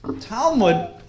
Talmud